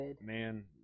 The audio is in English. Man